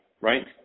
right